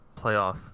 playoff